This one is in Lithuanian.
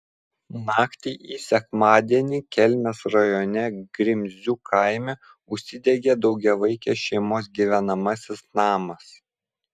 naktį į sekmadienį kelmės rajone grimzių kaime užsidegė daugiavaikės šeimos gyvenamasis namas